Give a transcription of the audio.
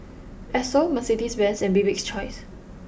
Esso Mercedes Benz and Bibik's choice